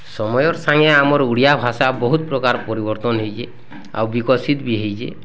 ସମୟର୍ ସାଙ୍ଗରେ ଆମର୍ ଓଡ଼ିଆ ଭାଷା ବହୁତ୍ ପ୍ରକାର୍ ପରିବର୍ତ୍ତନ୍ ହୋଇଛି ଆଉ ବିକଶିତ୍ ବି ହୋଇଛି